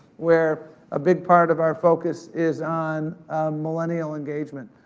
where a big part of our focus is on millennial engagement.